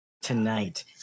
tonight